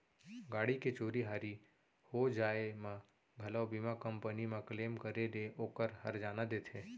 गाड़ी के चोरी हारी हो जाय म घलौ बीमा कंपनी म क्लेम करे ले ओकर हरजाना देथे